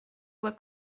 voie